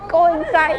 go inside